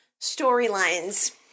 storylines